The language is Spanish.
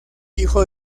hijo